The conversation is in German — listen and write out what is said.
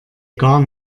gar